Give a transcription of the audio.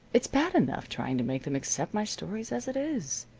it's bad enough trying to make them accept my stories as it is.